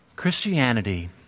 Christianity